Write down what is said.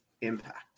Impact